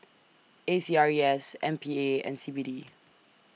A C R E S M P A and C B D